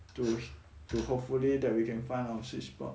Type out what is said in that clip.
to to hopefully that we can find our sweet spot